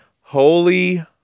holy